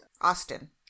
Austin